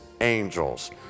angels